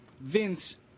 Vince